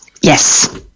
yes